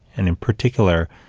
and in particular,